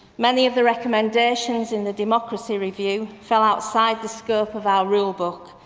many of the recommendations in the democracy review fell outside the scope of our rule book.